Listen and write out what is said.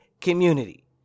community